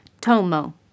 Tomo